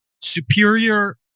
superior